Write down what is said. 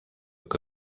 que